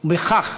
בכך